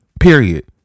period